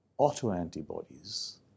Autoantibodies